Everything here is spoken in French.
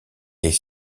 est